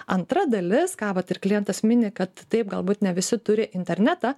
antra dalis ką vat ir klientas mini kad taip galbūt ne visi turi internetą